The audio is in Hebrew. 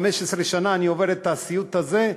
15 שנה אני עובר את הסיוט הזה,